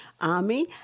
Army